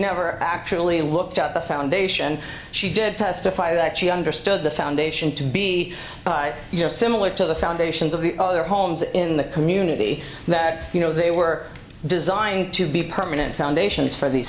never actually looked up the foundation she did testify that she understood the foundation to be your similar to the foundations of the other homes in the community that you know they were designed to be permanent foundations for these